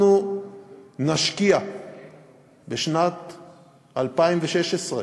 אנחנו נשקיע בשנת 2016,